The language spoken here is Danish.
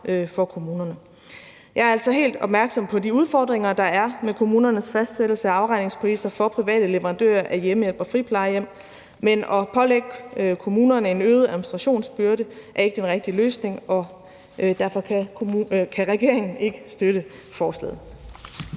for kommunerne. Jeg er altså helt opmærksom på de udfordringer, der er med kommunernes fastsættelse af afregningspriser for private leverandører af hjemmehjælp og friplejehjem, men at pålægge kommunerne en øget administrationsbyrde er ikke den rigtig løsning, og derfor kan regeringen ikke støtte forslaget.